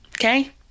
Okay